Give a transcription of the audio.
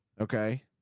okay